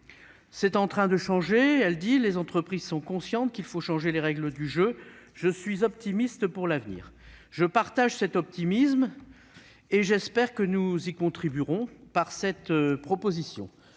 C'est en train de changer », dit-elle, ajoutant que « les entreprises sont conscientes qu'il faut changer les règles du jeu ». Elle conclut :« Je suis optimiste pour l'avenir. » Je partage cet optimisme et j'espère que nous y contribuerons par cette proposition